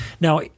Now